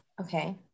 okay